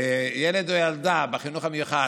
ילד או ילדה בחינוך המיוחד,